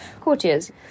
courtiers